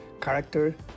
character